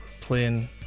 playing